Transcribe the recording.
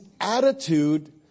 attitude